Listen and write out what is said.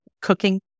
cooking